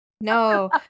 no